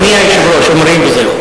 "אדוני היושב-ראש" אומרים, וזהו.